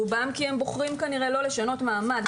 רובם כי הם בוחרים כנראה לא לשנות מעמד,